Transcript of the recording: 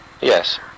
Yes